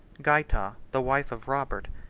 gaita, the wife of robert,